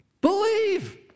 Believe